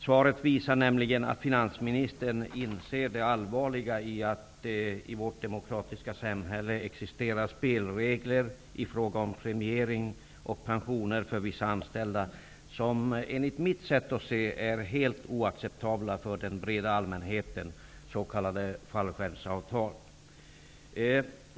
Svaret visar nämligen att finansministern inser det allvarliga i att det i vårt demokratiska samhälle existerar spelregler i fråga om premiering och pensioner för vissa anställda, som är helt oacceptabla för den breda allmänheten, nämligen s.k. fallskärmsavtal.